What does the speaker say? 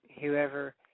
whoever